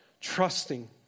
trusting